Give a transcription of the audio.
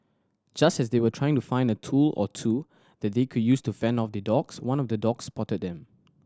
just as they were trying to find a tool or two that they could use to fend off the dogs one of the dogs spotted them